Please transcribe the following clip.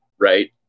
right